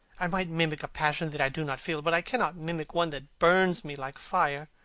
i might mimic a passion that i do not feel, but i cannot mimic one that burns me like fire.